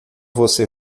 você